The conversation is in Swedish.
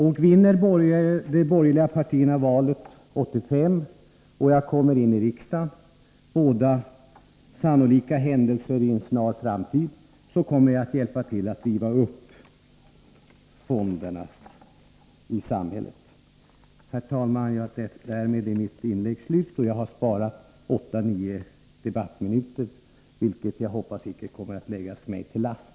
Om de borgerliga partierna vinner valet 1985, och om jag då kommer in i riksdagen — båda sannolika händelser i en snar framtid — kommer jag att hjälpa till att riva upp fonderna i samhället. Herr talman! Därmed är mitt inlägg slut, och jag har sparat åtta, nio debattminuter, vilket jag hoppas icke kommer att läggas mig till last.